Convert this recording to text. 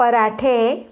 पराठे